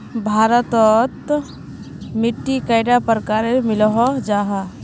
भारत तोत मिट्टी कैडा प्रकारेर मिलोहो जाहा?